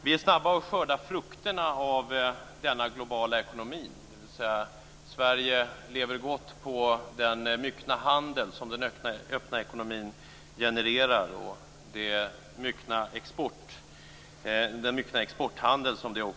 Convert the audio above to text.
Vi är snabba att skörda frukterna av denna globala ekonomi, dvs. Sverige lever gott på den myckna exporthandeln som den öppna ekonomin genererar.